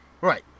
Right